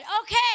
okay